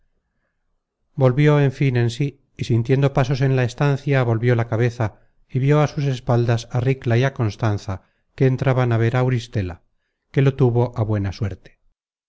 volvió en fin en sí y sintiendo pasos en la estancia volvió la cabeza y vió á sus espaldas á ricla y á constanza que entraban á ver á auristela que lo tuvo á buena suerte